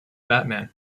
batman